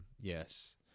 Yes